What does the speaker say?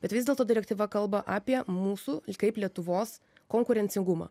bet vis dėlto direktyva kalba apie mūsų kaip lietuvos konkurencingumą